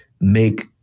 make